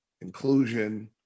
inclusion